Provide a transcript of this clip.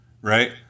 Right